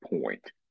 point